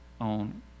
on